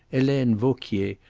helene vauquier,